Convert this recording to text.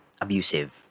abusive